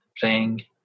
playing